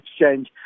Exchange